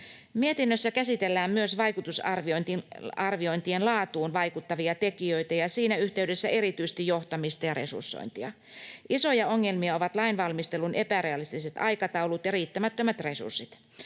Mietinnössä käsitellään myös vaikutusarviointien laatuun vaikuttavia tekijöitä ja siinä yhteydessä erityisesti johtamista ja resursointia. Isoja ongelmia ovat lainvalmistelun epärealistiset aikataulut ja riittämättömät resurssit.